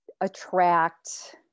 attract